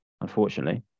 unfortunately